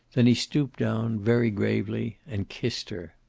then he stooped down, very gravely, and kissed her.